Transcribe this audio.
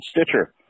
Stitcher